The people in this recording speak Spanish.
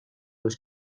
los